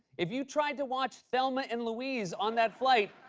if you tried to watch thelma and louise on that flight,